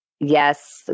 Yes